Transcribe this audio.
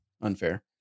Unfair